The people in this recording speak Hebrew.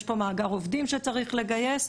יש פה מאגר עובדים שצריך לגייס.